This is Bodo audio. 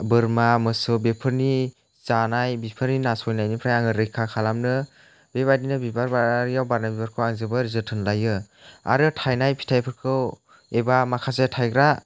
बोरमा मोसौ बेफोरनि जानाय बेफोरनि नास'यनायनिफ्राय आङो रैखा खालामनो बेबायदिनो बिबार बारियाव बारनाय बिबारखौ आं जोबोर जोथोन लायो आरो थाइनाय फिथाइफोरखौ एबा माखासे थाइग्रा